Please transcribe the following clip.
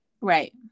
right